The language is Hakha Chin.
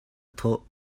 thawh